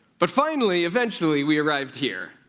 but finally, eventually, we arrived here.